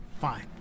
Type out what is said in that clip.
Fine